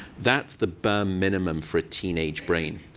that's the bare minimum for a teenage brain.